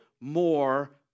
more